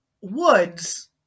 woods